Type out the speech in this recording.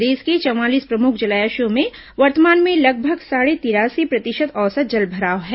प्रदेश के चवालीस प्रमुख जलाशयों में वर्तमान में लगभग साढ़े तिरासी प्रतिशत औसत जलभराव है